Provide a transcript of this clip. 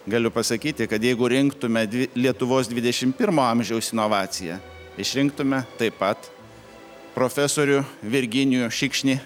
galiu pasakyti kad jeigu rinktume dvi lietuvos dvidešim pirmo amžiaus inovaciją išrinktume taip pat profesorių virginijų šikšnį